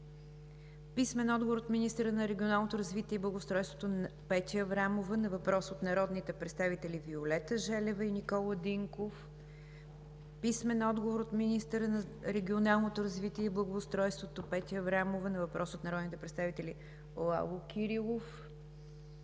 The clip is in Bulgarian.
Христов; - министъра на регионалното развитие и благоустройството Петя Аврамова на въпрос от народните представители Виолета Желева и Никола Динков; - министъра на регионалното развитие и благоустройството Петя Аврамова на въпрос от народния представител Лало Кирилов;